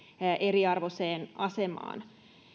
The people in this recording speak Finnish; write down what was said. eriarvoiseen asemaan